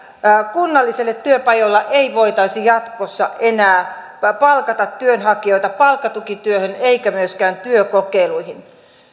kunnallisilla työpajoilla ei voitaisi jatkossa enää palkata työnhakijoita palkkatukityöhön eikä myöskään työkokeiluihin